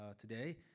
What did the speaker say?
today